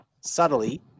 Subtly